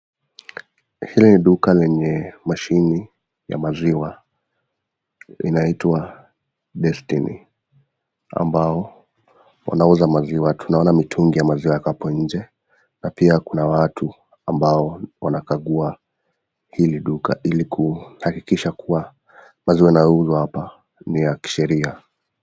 Hya ni mgonjwa ambae anapata matibabu